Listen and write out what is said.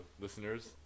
listeners